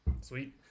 sweet